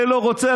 זה לא רוצה,